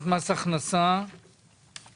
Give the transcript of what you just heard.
בשעה 14:35.